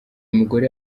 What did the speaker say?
mugore